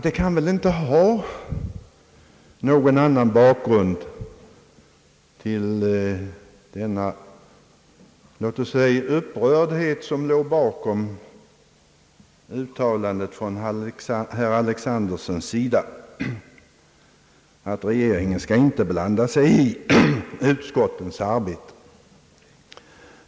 Det låg en låt mig säga upprördhet bakom herr Alexandersons uttalande, att regeringen inte skulle blanda sig i utskottens arbete.